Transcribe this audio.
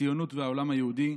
ציונות והעולם היהודי.